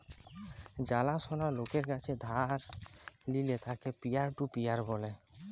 জালা সলা লকের কাছ থেক্যে ধার লিলে তাকে পিয়ার টু পিয়ার ব্যলে